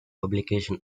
publication